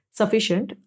sufficient